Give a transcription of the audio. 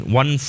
one